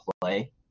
play